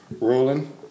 rolling